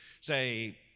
say